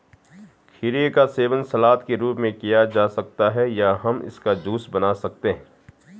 खीरे का सेवन सलाद के रूप में किया जा सकता है या हम इसका जूस बना सकते हैं